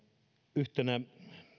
yhtenä